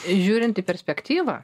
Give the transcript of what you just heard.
žiūrint į perspektyvą